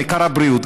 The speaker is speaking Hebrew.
העיקר הבריאות.